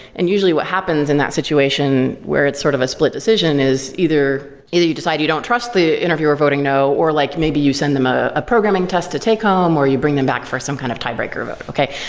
and usually what happens in that situation where it's sort of a split decision is either either you decide you don't trust the interviewer voting no, or like maybe you send them ah a programming test to take home, or you bring them back for some kind of tiebreaker vote, okay?